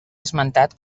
esmentat